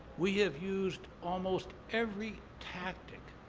we have used almost every tactic,